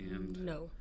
No